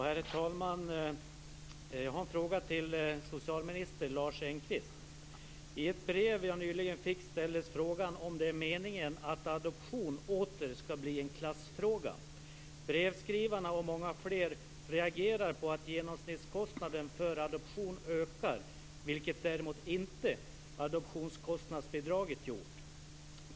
Herr talman! Jag har en fråga till socialminister I ett brev jag nyligen fick ställdes frågan om det är meningen att adoption åter skall bli en klassfråga. Brevskrivaren och många fler reagerar på att genomsnittskostnaden för en adoption ökar, vilket däremot inte adoptionskostnadsbidraget gjort.